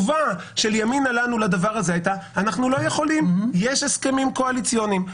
ימינה ענו להצעה זו שהם אינם יכולים כי יש הסכמים קואליציוניים.